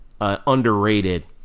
underrated